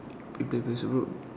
if the facebook